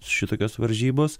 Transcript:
šitokios varžybos